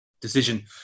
decision